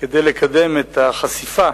כדי לקדם את החשיפה